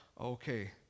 okay